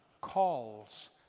calls